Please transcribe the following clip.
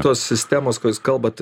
tos sistemos kur jūs kalbat